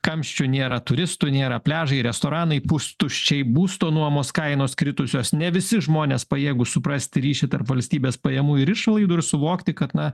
kamščių nėra turistų nėra pliažai restoranai pustuščiai būsto nuomos kainos kritusios ne visi žmonės pajėgūs suprasti ryšį tarp valstybės pajamų ir išlaidų ir suvokti kad na